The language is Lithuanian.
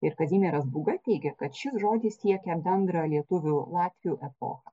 ir kazimieras būga teigia kad šis žodis siekia bendrą lietuvių latvių epochą